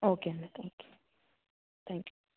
okay అండి thank you thank you